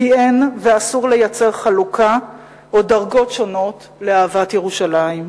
כי אין ואסור לייצר חלוקה או דרגות שונות לאהבת ירושלים.